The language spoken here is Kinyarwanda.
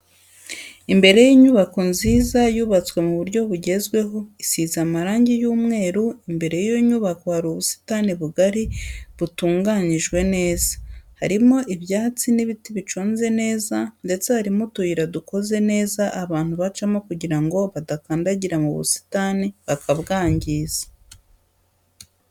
Imbere y'inyubako nziza yubatswe mu buryo bugezweho isize amarangi y'umweru, imbere y'iyo nyubako hari ubusitani bugari butunganyijwe neza, harimo ibyatsi n'ibiti biconze neza ndetse harimo utuyira dukoze neza abantu bacamo kugira ngo badakandagira mu busitani bakabwangiza.